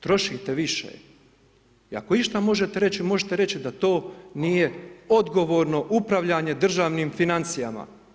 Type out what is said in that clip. Trošite više, i ako išta možete reći, možete reći, da to nije odgovorno upravljanje državnim financijama.